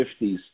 1950s